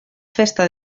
festa